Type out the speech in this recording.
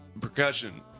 percussion